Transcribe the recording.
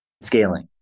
scaling